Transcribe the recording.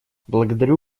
благодарю